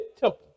temple